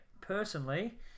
personally